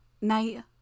Night